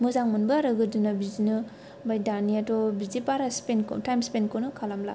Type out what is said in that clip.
मोजां मोनबो आरो गोदोना बिदिनो आमफ्राय दानियाथ' बिदि टाइम बारा टाइमखौनो स्पेन्ड खालामला